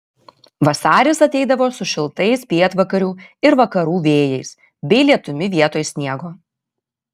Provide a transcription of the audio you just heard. vasaris ateidavo su šiltais pietvakarių ir vakarų vėjais bei lietumi vietoj sniego